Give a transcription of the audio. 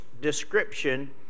description